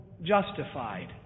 justified